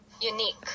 Unique